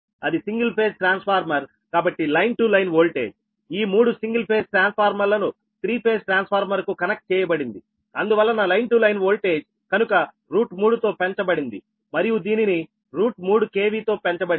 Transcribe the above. అది single phase transformer కాబట్టి line to line voltage ఈ మూడు సింగిల్ ఫేజ్ ట్రాన్స్ఫార్మర్లను త్రీ ఫేజ్ ట్రాన్స్ ఫార్మర్ కు కనెక్ట్ చేయబడింది అందువలన లైన్ టు లైన్ వోల్టేజ్ కనుక 3తో పెంచబడింది మరియు దీనిని 3 KV తో పెంచబడింది